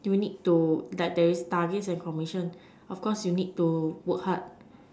you need to like there is targets and commission of course you need to work hard